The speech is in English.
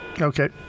Okay